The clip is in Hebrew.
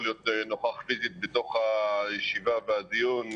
להיות נוכח פיזית בתוך הישיבה והדיון,